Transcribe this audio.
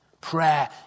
Prayer